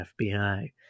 FBI